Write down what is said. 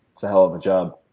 it's a hell of job.